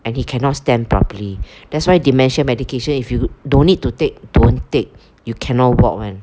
and he cannot stand properly that's why dementia medication if you don't need to take don't take you cannot walk [one]